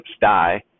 die